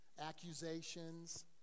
accusations